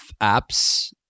apps